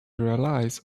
relies